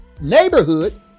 neighborhood